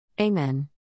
Amen. –